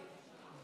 (קוראת בשם חבר הכנסת)